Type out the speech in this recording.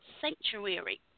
sanctuary